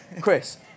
Chris